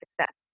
success